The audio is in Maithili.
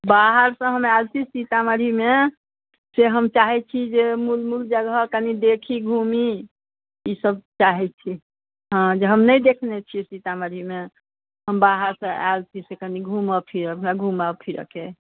बाहरसँ हम आयल छी सीतामढ़ीमे से हम चाहै छी जे मूल मूल जगह कनि देखी घूमी ई सभ चाहै छी हाँ जे हम नहि देखने छियै सीतामढ़ीमे हम बाहरसँ आयल छी से कनि घुमब फिरब घुमऽ फिरऽ के